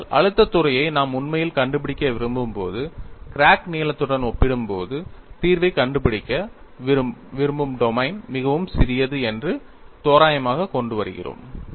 ஆனால் அழுத்தத் துறையை நாம் உண்மையில் கண்டுபிடிக்க விரும்பும்போது கிராக் நீளத்துடன் ஒப்பிடும்போது தீர்வைக் கண்டுபிடிக்க விரும்பும் டொமைன் மிகவும் சிறியது என்று தோராயமாகக் கொண்டு வருகிறோம்